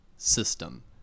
system